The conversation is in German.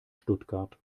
stuttgart